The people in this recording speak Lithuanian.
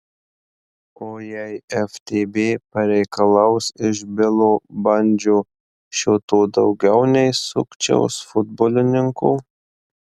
o jei ftb pareikalaus iš bilo bandžio šio to daugiau nei sukčiaus futbolininko